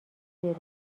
روز